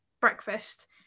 breakfast